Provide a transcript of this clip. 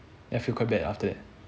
then I feel quite bad after that